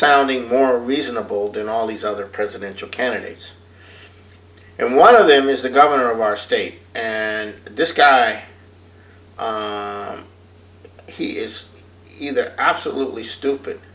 sounding more reasonable than all these other presidential candidates and one of them is the governor of our state and the disk i he is in there absolutely stupid